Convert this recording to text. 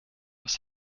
was